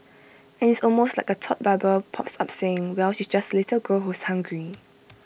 and it's almost like A thought bubble pops up saying eell she's just A little girl who's hungry